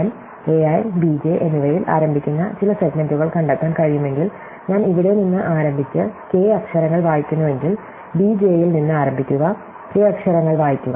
a i b j എന്നിവയിൽ ആരംഭിക്കുന്ന ചില സെഗ്മെന്റുകൾ കണ്ടെത്താൻ കഴിയുമെങ്കിൽ ഞാൻ ഇവിടെ നിന്ന് ആരംഭിച്ച് k അക്ഷരങ്ങൾ വായിക്കുന്നുവെങ്കിൽ b j ൽ നിന്ന് ആരംഭിക്കുക k അക്ഷരങ്ങൾ വായിക്കുക